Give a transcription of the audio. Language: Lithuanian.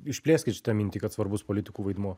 išplėskit šitą mintį kad svarbus politikų vaidmuo